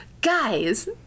guys